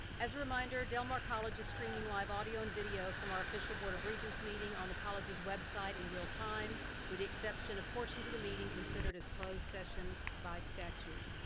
as a reminder, del mar college is streaming live audio and video from our official board of regents meeting on the college's website in real time with the exception of portions of the meeting considered as closed session by statute.